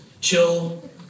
chill